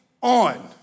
on